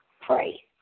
pray